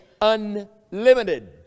unlimited